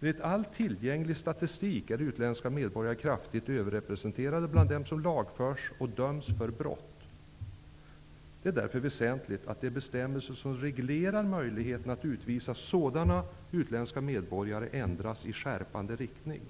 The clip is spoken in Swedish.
Enligt all tillgänglig statistik är utländska medborgare kraftigt överrepresenterade bland dem som lagförs och döms för brott. Det är därför väsentligt att de bestämmelser som reglerar möjligheten att utvisa sådana utländska medborgare ändras i skärpande riktning.